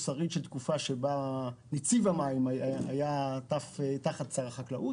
הוא שריד לתקופה שבה נציב המים היה תחת שר החקלאות,